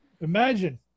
Imagine